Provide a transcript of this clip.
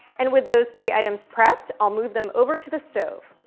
and, with those three items prepped, i'll move them over to the stove.